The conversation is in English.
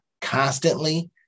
constantly